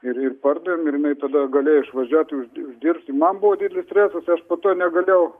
ir ir pardavėm ir jinai tada galėjo išvažiuoti už uždirbti man buvo didelis stresas aš po to negalėjau